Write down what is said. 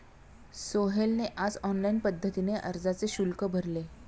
सोहेलने आज ऑनलाईन पद्धतीने अर्जाचे शुल्क भरले